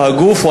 הוא הגוף,